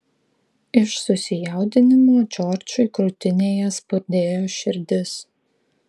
iš susijaudinimo džordžui krūtinėje spurdėjo širdis